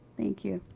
thank you.